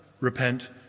repent